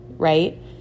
right